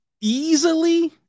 easily